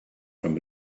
from